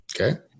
Okay